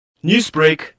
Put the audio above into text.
Newsbreak